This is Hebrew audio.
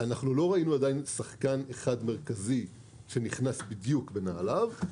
עדיין לא ראינו שחקן אחד מרכזי שנכנס בדיוק בנעליו,